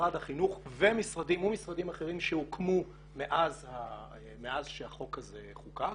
משרד החינוך ומשרדים אחרים שהוקמו מאז שהחוק הזה חוקק.